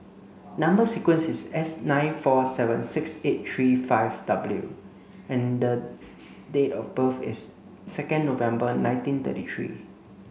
number sequence is S nine four seven six eight three five W and date of birth is second November nineteen thirty three